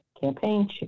campaign